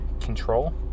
control